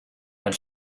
and